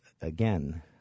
again